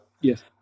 Yes